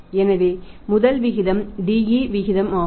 எனவே முதல் விகிதம் DE விகிதம் ஆகும்